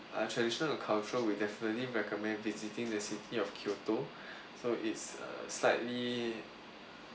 uh traditional cultural we definitely recommend visiting the city of kyoto so it's err slightly